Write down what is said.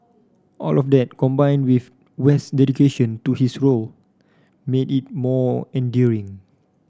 all of that combined with west's dedication to his role made it more endearing